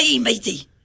Matey